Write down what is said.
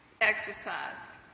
exercise